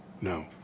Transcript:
no